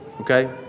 okay